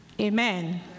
Amen